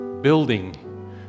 building